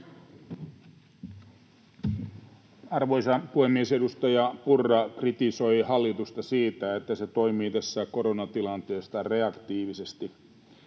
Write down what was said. Arvoisa puhemies! Edustaja Purra kritisoi hallitusta siitä, että se toimii tässä koronatilanteessa reaktiivisesti.